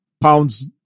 pounds